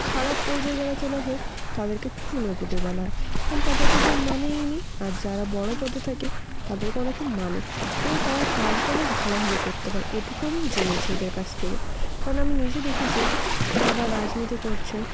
খারাপ পর্যায়ে যারা চলে আসে তাদেরকে চুনোপুঁটি বলা হয় কারণ তাদেরকে কেউ মানেই না আর যারা বড় পদে থাকে তাদেরকে অনেকে মানে এবং তারা কাজটা অনেক ভালোভাবে করতে পারে এটুকু আমি জেনেছি ওদের কাছ থেকে কারণ আমি নিজে দেখেছি যারা রাজনীতি করছে